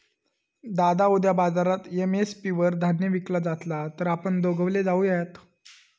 दादा उद्या बाजारात एम.एस.पी वर धान्य विकला जातला तर आपण दोघवले जाऊयात